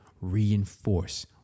reinforce